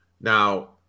Now